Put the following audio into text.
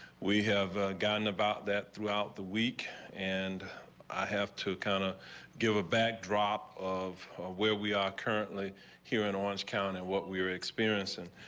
we have a gun about that throughout the week and i have to kind of give a backdrop of where we are currently here in orange county and what we're experiencing.